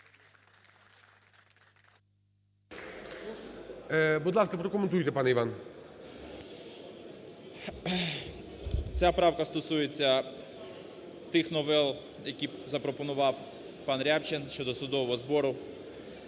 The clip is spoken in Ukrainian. Будь ласка, прокоментуйте пане Іван. 10:41:49 ВІННИК І.Ю. Ця правка стосується тих новел, які запропонував панРябчин щодо судового збору.